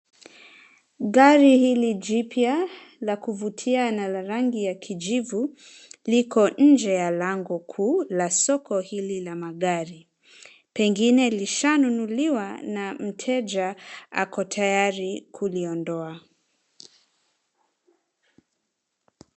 Gari hili jipya la kuvutia na la rangi ya kijivu liko nje ya lango kuu la soko hili la magari, pengine lishanunuliwa na mteja ako tayari kuliondoa.